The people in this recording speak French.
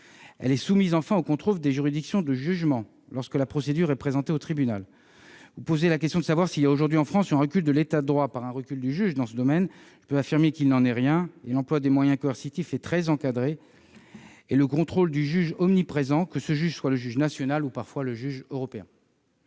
vue est soumise enfin au contrôle des juridictions de jugement lorsque la procédure est présentée au tribunal. Vous posez la question du recul en France de l'État de droit en raison d'un recul du juge dans ce domaine. Je puis vous garantir qu'il n'en est rien. L'emploi des moyens coercitifs est très encadré et le contrôle du juge est omniprésent, que ce juge soit le juge national ou parfois le juge européen.